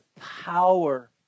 power